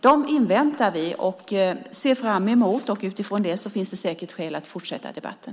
Dem inväntar vi och ser fram emot, och utifrån dem finns det säkert också skäl att fortsätta debatten.